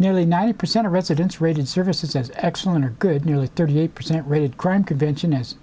nearly ninety percent of residents rated services as excellent or good nearly thirty eight percent rated current convention is